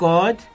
God